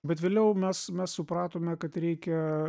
bet vėliau mes mes supratome kad reikia